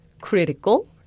critical